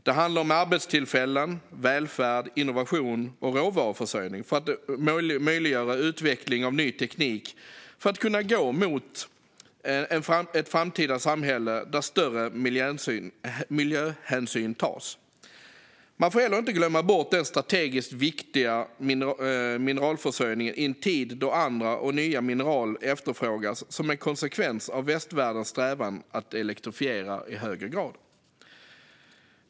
Det handlar om arbetstillfällen, välfärd, innovation och råvaruförsörjning för att möjliggöra utveckling av ny teknik för att kunna gå mot ett framtida samhälle där större miljöhänsyn tas. Man får heller inte glömma bort den strategiskt viktiga mineralförsörjningen i en tid då andra och nya mineraler efterfrågas som en konsekvens av västvärldens strävan att elektrifiera i högre grad.